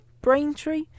Braintree